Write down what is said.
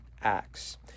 Acts